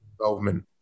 involvement